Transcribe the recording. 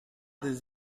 des